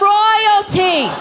royalty